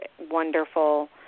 wonderful